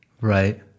right